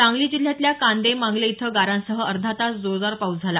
सांगली जिल्ह्यातल्या कांदे मांगले इथं गारांसह अर्धा तास जोरदार पाऊस पडला